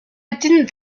didn’t